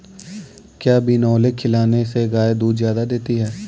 क्या बिनोले खिलाने से गाय दूध ज्यादा देती है?